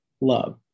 love